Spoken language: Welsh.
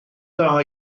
dda